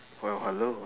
well hello